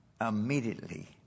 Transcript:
immediately